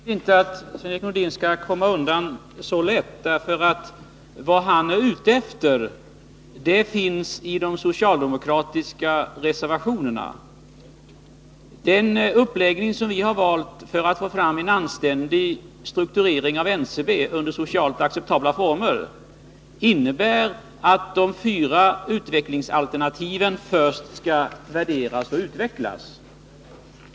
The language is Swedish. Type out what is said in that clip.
Fru talman! Jag tycker inte att Sven-Erik Nordin skall komma undan så lätt, därför att det han är ute efter finns i de socialdemokratiska reservationerna. Den uppläggning vi har valt för att få fram en anständig strukturering av NCB under socialt acceptabla former innebär att de fyra utvecklingsalternativen först skall värderas och utvecklas.